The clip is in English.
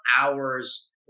hours